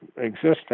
existing